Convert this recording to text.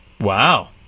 Wow